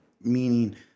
meaning